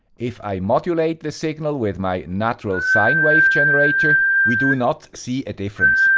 if i modulate the signal with my natural sine wave generator, we do not see a difference.